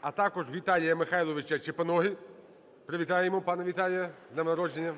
А також Віталія Михайловича Чепиноги. Привітаємо пана Віталія з днем народження.